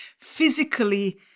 physically